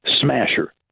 Smasher